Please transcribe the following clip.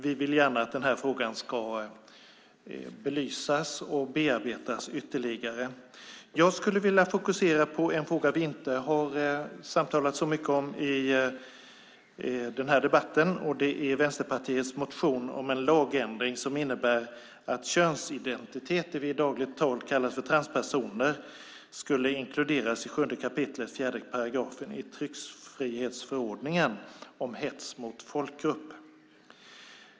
Vi vill att frågan ska belysas och bearbetas ytterligare. Jag vill fokusera på en fråga som vi inte har talat så mycket om i den här debatten. Det är Vänsterpartiets motion om en lagändring som innebär att könsidentitet, det vi i dagligt tal kallar för transpersoner, skulle inkluderas i 7 kap. 4 § i tryckfrihetsförordningen om hets mot folkgrupp.